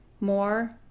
more